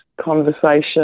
conversation